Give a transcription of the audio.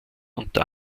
unter